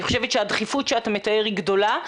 אני חושבת שהדחיפות שאתה מתאר היא גדולה.